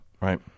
right